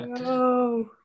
no